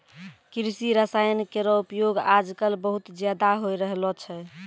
कृषि रसायन केरो उपयोग आजकल बहुत ज़्यादा होय रहलो छै